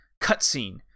cutscene